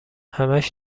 همش